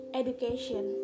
education